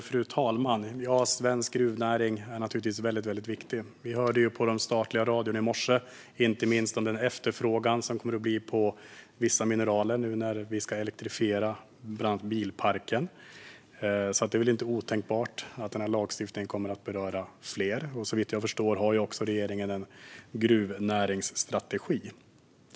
Fru talman! Svensk gruvnäring är naturligtvis väldigt viktig. Vi hörde inte minst på den statliga radion i morse om den efterfrågan på vissa mineraler som kommer att uppstå nu när vi ska elektrifiera bilparken. Det är alltså inte otänkbart att lagstiftningen kommer att beröra fler, och så vitt jag förstår har regeringen en gruvnäringsstrategi.